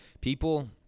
people